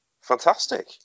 fantastic